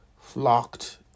flocked